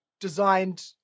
designed